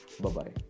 Bye-bye